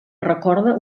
recorda